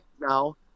now